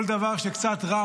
כל דבר שקצת רע,